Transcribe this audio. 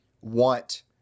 want